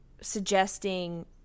suggesting